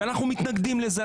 אנחנו מתנגדים לזה.